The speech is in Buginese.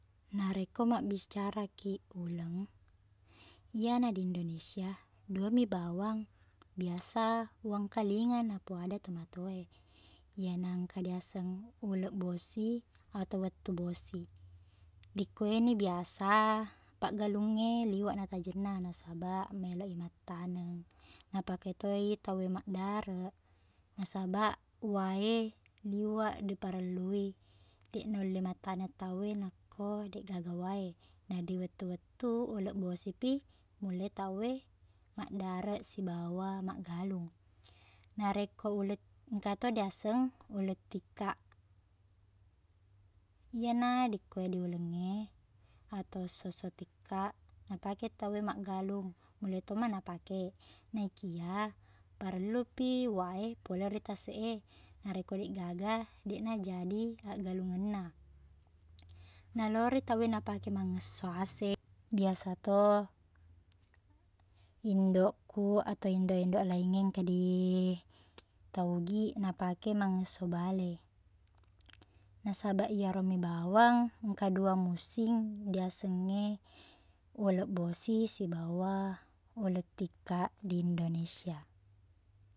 Narekko mabbicarakiq uleng, iyana di Indonesia, dua mi bawang biasa uwangkelinga napuada to matoa e. Iyena engka diaseng uleng bosi ato wettu bosi. Dikkueni biasa paggalung e liweq natajengna nasabaq maeloi mattaneng. Napake to i tau e maddareq. Nasabaq, uwae liweq diperellui. Deq nulle mattaneng tau e nakko deqgaga wae. Na di wettu-wettu uleng bosipi naulle tau e maddareq sibawa maggalung. Narekko uleng- engka to diaseng uleng tikkaq. Iyena dikkue diuleng e ato essosso tikkaq, napake tau e maggalung, nulle to ma napake, naikia parellupi wae pole ri taseq e. Narekko deqgaga, deqna jadi aggalungenna. Nalori tau e napake mangngesso ase. Biasa to indoqku ato indoq-indoq laing e engka di tau Ogiq, napake mangngesso bale. Nasabaq, iyaromi bawang engka dua mussing diaseng e uleng bosi sibawa uleng tikkaq di Indonesia.